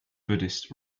buddhist